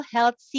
Health